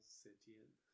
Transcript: sentient